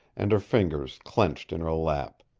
and her fingers clenched in her lap.